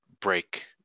break